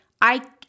I-